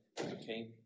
Okay